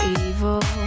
evil